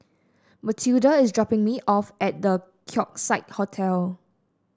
Mathilda is dropping me off at The Keong Saik Hotel